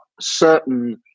certain